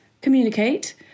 communicate